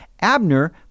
Abner